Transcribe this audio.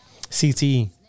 CTE